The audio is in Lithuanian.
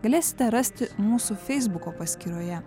galėsite rasti mūsų feisbuko paskyroje